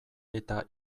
eta